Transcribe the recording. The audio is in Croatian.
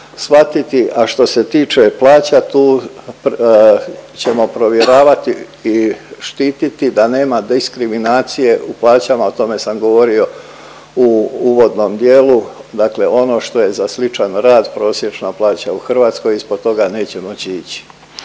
svatiti. A što se tiče plaća, tu ćemo provjeravati i štititi da nema diskriminacije u plaćama, o tome sam govorio u uvodnom dijelu. Dakle ono što je za sličan rad prosječna plaća u Hrvatskoj ispod toga neće moći ići.